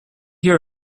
hear